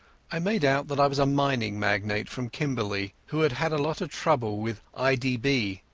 i made out that i was a mining magnate from kimberley, who had had a lot of trouble with i d b.